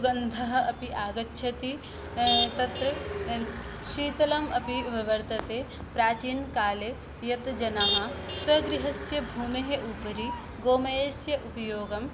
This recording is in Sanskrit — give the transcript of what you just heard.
सुगन्धः अपि आगच्छति तत्र शीतलमपि व वर्तते प्राचीनकाले यत् जनाः स्वगृहस्य भूमेः उपरि गोमयस्य उपयोगं